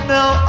Now